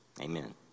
amen